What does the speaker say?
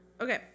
okay